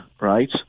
right